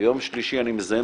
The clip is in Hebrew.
ביום שלישי אני מזמן